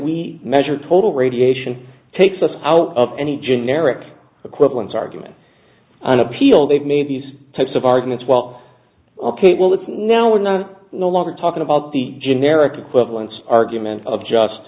we measure total radiation takes us out of any generic equivalents argument on appeal they've made these types of arguments well ok well that's now we're not no longer talking about the generic equivalents argument of